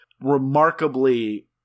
remarkably